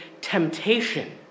temptation